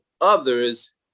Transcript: others